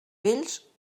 vells